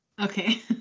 Okay